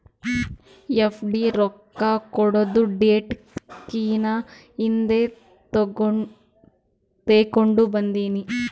FD ರೊಕ್ಕಾ ಕೊಡದು date ಕಿನಾ ಹಿಂದೆ ತೇಕೊಂಡ್ ಬಂದಿನಿ